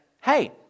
hey